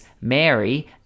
Mary